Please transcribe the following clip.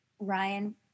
Ryan